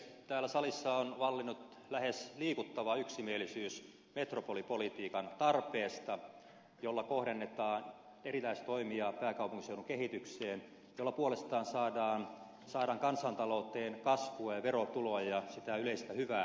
täällä salissa on vallinnut lähes liikuttava yksimielisyys metropolipolitiikan tarpeesta jolla kohdennetaan erilaisia toimia pääkaupunkiseudun kehitykseen jolla puolestaan saadaan kansantalouteen kasvua ja verotuloja ja sitä yleistä hyvää